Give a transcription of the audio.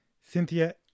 Cynthia